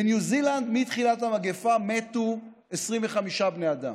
בניו זילנד מתחילת המגפה מתו 25 בני אדם.